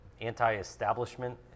anti-establishment